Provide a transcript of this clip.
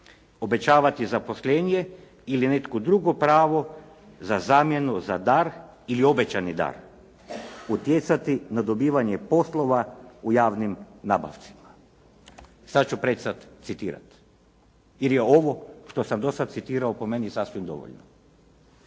obećavati zaposlenje ili neko drugo pravo za zamjenu za dar ili obećani dar, utjecati na dobivanje poslova u javnim nabavcima.“, sada ću prestati citirati, jer je ovo što sam do sada citirao, po meni sasvim dovoljno.